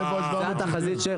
איפה ה-700?